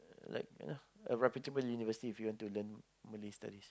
like you know a reputable university if you want to learn Malay studies